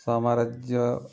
ସାମ୍ରାଜ୍ୟ